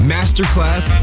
Masterclass